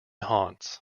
haunts